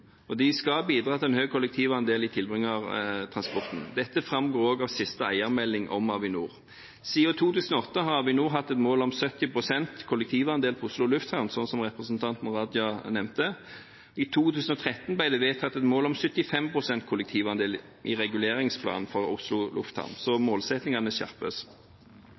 og de skal bidra til en høy kollektivandel i tilbringertransporten. Dette framgår også av siste eiermelding om Avinor. Siden 2008 har Avinor hatt et mål om 70 pst. kollektivandel på Oslo Lufthavn, som representanten Raja nevnte. I 2013 ble det vedtatt et mål om 75 pst. kollektivandel i reguleringsplanen for Oslo Lufthavn, så målsettingene skjerpes.